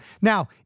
now